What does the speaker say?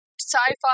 sci-fi